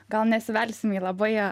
gal nesivelsim į labai